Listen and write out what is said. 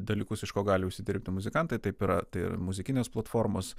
dalykus iš ko gali užsidirbti muzikantai taip yra tai yra muzikinės platformos